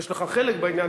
יש לך חלק בעניין,